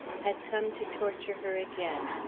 had come to torture her again.